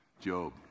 Job